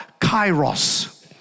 Kairos